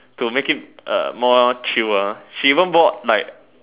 to make it uh more chill ah she even bought like